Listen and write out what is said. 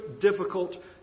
difficult